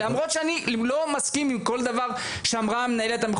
למרות שאני לא מסכים עם כל דבר שאמרה המנהלת,